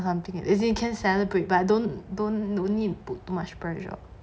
something as in can celebrate but don't don't need put too much pressure